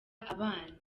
abana